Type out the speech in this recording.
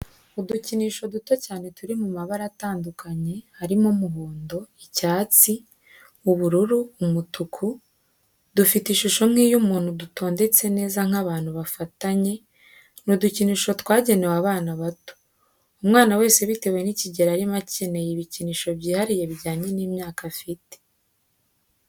Udukinisho duto cyane turi mu mabara atandukanye, harimo umuhondo, icyatsi, ubururu, umutuku dufite ishusho nk'iy'umuntu dutondetse neza nk'abantu bafatanye, ni udukinisho twagenewe abana bato. Umwana wese bitewe n'ikigero arimo akenera ibikinsho byihariye bijyanye n'imyaka afite.